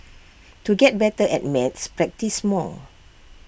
to get better at maths practise more